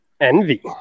envy